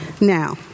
Now